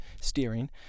steering